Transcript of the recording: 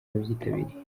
babyitabiriye